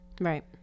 right